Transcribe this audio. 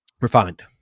refined